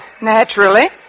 Naturally